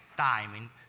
timing